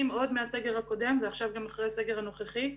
עוד מהסגר הקודם ועכשיו גם אחרי הסגר הנוכחי,